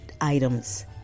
items